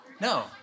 No